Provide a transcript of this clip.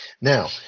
now